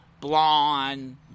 blonde